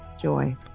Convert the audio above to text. joy